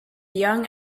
young